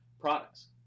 products